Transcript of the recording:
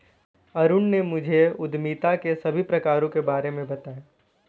अरुण ने मुझे उद्यमिता के सभी प्रकारों के बारे में बताएं